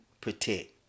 protect